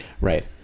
Right